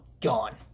Gone